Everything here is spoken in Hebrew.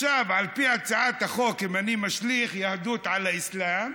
על פי הצעת החוק, אם אני משליך מהיהדות על האסלאם,